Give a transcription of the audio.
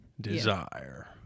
Desire